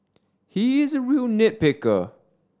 he is a real nit picker